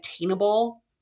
attainable